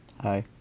Hi